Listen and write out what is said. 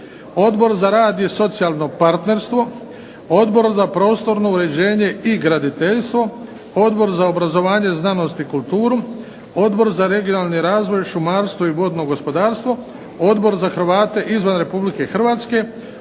Odbor za rad i socijalno partnerstvo, Odbor za prostorno uređenje i graditeljstvo, Odbor za obrazovanje, znanost i kulturu, Odbor za regionalni razvoj, šumarstvo i vodno gospodarstvo, Odbor za Hrvate izvan Republike Hrvatske,